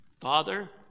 Father